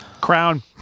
crown